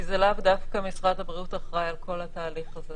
כי זה לאו דווקא משרד הבריאות אחרי על כל התהליך הזה.